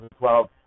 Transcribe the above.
2012